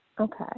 Okay